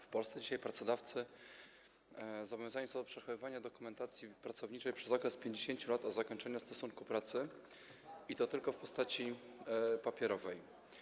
W Polsce dzisiaj pracodawcy zobowiązani są do przechowywania dokumentacji pracowniczej przez okres 50 lat od zakończenia stosunku pracy, i to tylko w postaci papierowej.